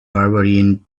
barbarian